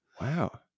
Wow